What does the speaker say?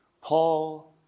Paul